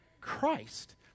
Christ